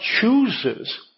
chooses